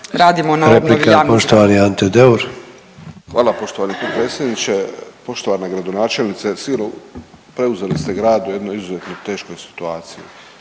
radimo na obnovi